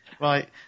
right